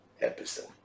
episode